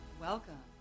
Welcome